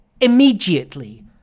immediately